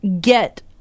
get